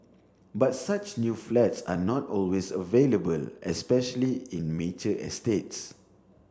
but such new flats are not always available especially in mature estates